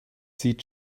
sieht